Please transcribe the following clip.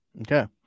Okay